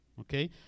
okay